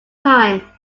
time